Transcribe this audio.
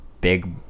big